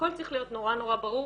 הכל צריך להיות נורא נורא ברור.